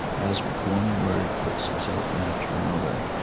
as one word puts itself after another,